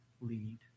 lead